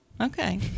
okay